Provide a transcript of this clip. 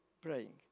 praying